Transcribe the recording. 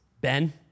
Ben